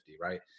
right